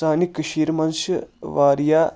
سانہِ کٔشیٖرِ منٛز چھِ واریاہ